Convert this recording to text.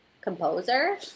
composer